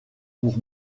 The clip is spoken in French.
pour